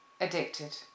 addicted